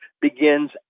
begins